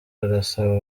arasaba